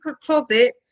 closet